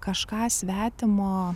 kažką svetimo